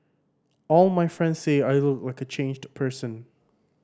all my friends say I look like a changed person